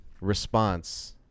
response